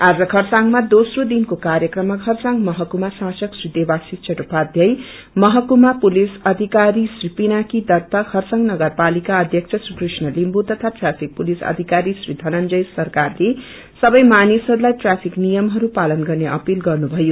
आज खरसाङमा दोप्नो दिनको कार्यक्रममा खरसाङ महकुमा शासक श्री देवाशिष चट्टोपाध्याय महकुमा पुतिस अधिकरी श्री पिनाकी दत्त खरसाङ नगरपालिका अध्यक्ष श्री कृष्ण लिम्बू तथा ट्राफिक पुलिस अधिकारी श्री धनन्जय सरकारले सबै मानिसहस्लाई ट्राफिक नियमहरू पालन गर्ने अपील गर्नुषयो